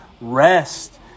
rest